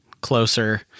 closer